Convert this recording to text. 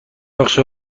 نقشه